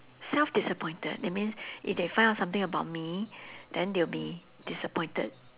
self disappointed that means if they find out something about me then they will be disappointed